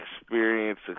experience